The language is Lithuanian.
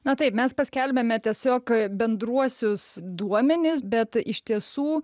na taip mes paskelbiame tiesiog bendruosius duomenis bet iš tiesų